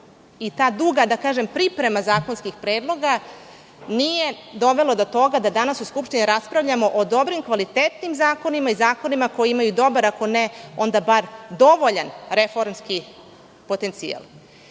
i ta duga priprema zakonskih predloga nije dovela do toga da danas u Skupštini raspravljamo o dobrim, kvalitetnim zakonima i zakonima koji imaju dobar, ako ne onda dovoljan reformski potencijal. Naravno